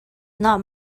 not